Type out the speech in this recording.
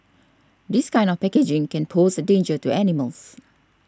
this kind of packaging can pose a danger to animals